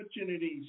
opportunities